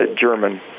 German